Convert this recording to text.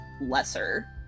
lesser